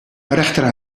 rechter